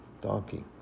donkey